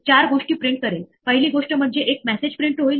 लक्षात ठेवण्यासारखी गोष्ट म्हणजे हे अनुक्रमाने घडते